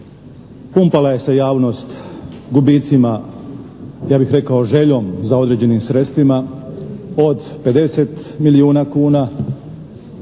Pumpala je se javnost gubicima, ja bih rekao željom za određenim sredstvima, od 50 milijuna kuna,